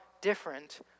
different